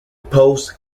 post